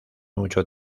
mucho